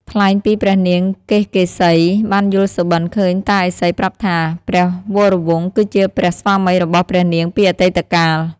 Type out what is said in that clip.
ថ្លែងពីព្រះនាងកេសកេសីបានយល់សុបិន្តឃើញតាឥសីប្រាប់ថា ព្រះវរវង្សគឺជាព្រះស្វាមីរបស់ព្រះនាងពីអតីតកាល។